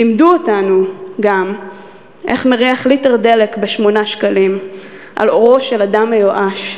לימדו אותנו גם איך מריח ליטר דלק ב-8 שקלים על עורו של אדם מיואש,